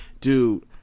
dude